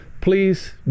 please